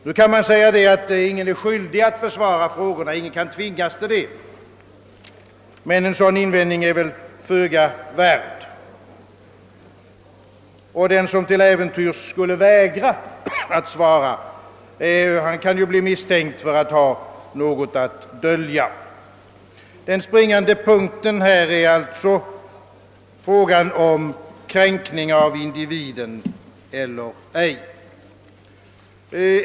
Nu kan sägas, att ingen är skyldig att besvara frågorna, ingen kan tvingas att göra detta. Men en sådan invändning är väl föga värd. Och den som till äventyrs skulle vägra att svara kan bli misstänkt för att ha något att dölja. Den springande punkten är alltså frågan, om individen blir kränkt eller ej.